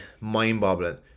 mind-boggling